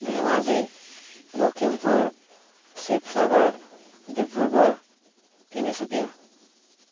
Dhemaji Lakhimpur Sivasagar Dibrugarh Tinsukia